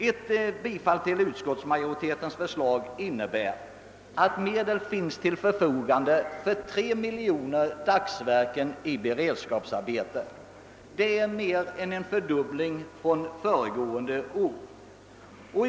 Ett bifall till utskottsmajoritetens förslag innebär att medel ställes till förfogande för tre miljoner dagsverken i beredskapsarbeten. Detta är mer än en fördubbling från föregående år.